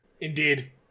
Indeed